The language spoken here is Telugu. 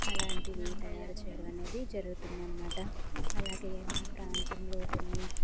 అలాంటివి తయారు చేయడం అనేది జరుగుతుందన్నమాట అలాగే మా ప్రాంతంలో కొన్ని